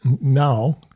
now